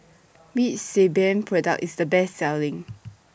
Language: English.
Which Sebamed Product IS The Best Selling